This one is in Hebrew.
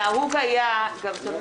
נהוג היה גם תמיד